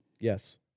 Yes